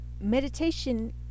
meditation